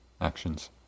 actions